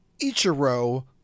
Ichiro